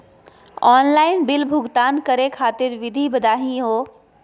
Offline bill भुगतान करे खातिर विधि बताही हो?